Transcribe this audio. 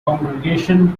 congregation